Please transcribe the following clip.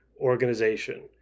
organization